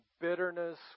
bitterness